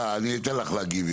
אני אתן לך להגיב,